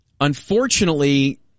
Unfortunately